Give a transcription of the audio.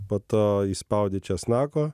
po to įspaudi česnako